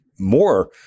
more